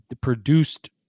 produced